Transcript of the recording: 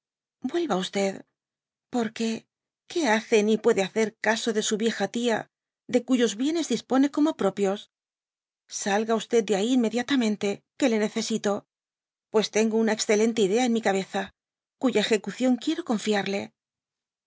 vizconde vuelva tsl porque que hace ni puede hacer caso de su vieja tia de cuyos hicnes dispone como proprios salga q de ai inmediatamente que le necesito pues tengo una excelente idea en mi cabeza cuya ejecución quiero confiarle